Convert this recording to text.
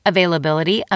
Availability